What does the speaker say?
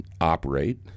operate